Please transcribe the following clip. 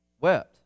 wept